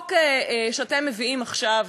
החוק שאתם מביאים עכשיו,